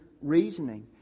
reasoning